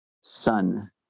son